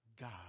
God